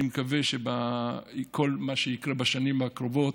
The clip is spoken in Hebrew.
אני מקווה שכל מה שיקרה בשנים הקרובות,